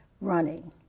running